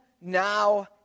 now